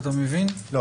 לא,